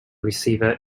receiver